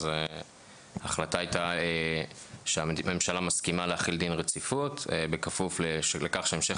אז ההחלטה הייתה שהממשלה מסכימה להחיל דין רציפות בכפוף לכך שהמשך